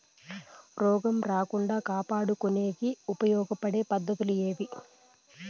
రోగం రాకుండా కాపాడుకునేకి ఉపయోగపడే పద్ధతులు ఏవి?